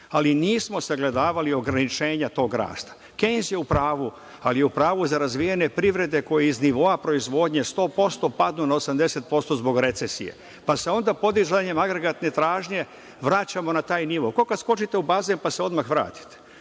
ali nismo sagledavali ograničenja tog rasta. Keniz je upravu, ali je upravu za razvijene privrede koje iz nivoa proizvodnje 100% padnu na 80% zbog recesije. Pa, se onda podizanjem agregatne tražnje vraćamo na taj nivo, ko kada skočite u bazen, pa se odmah vratite,